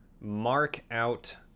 mark-out